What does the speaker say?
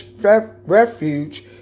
refuge